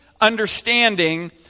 understanding